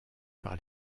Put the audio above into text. par